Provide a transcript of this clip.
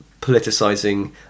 politicizing